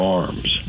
arms